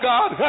God